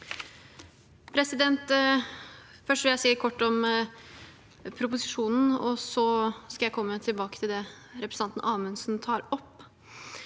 Først vil jeg si noe kort om proposisjonen, så skal jeg komme tilbake til det representanten Amundsen tar opp.